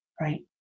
Right